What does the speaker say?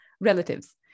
relatives